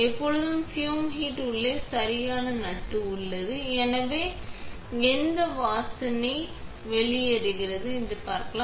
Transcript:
எப்போதும் FUME hood உள்ளே அது ஒரு சரியான நட்டு உள்ளது எனவே எந்த வாசனை எஸ்கேப்